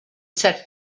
set